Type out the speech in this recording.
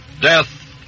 Death